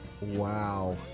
Wow